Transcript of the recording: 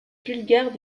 bulgare